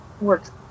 works